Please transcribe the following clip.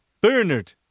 Bernard